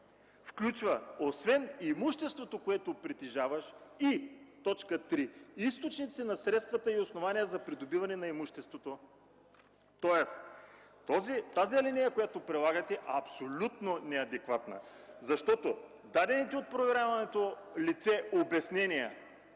включва освен имуществото, което притежаваш и – т. 3 „източници на средствата и основание за придобиване на имуществото”, тоест тази алинея, която прилагате е абсолютно неадекватна. Дадените от проверяваното лице обяснения,